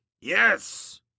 yes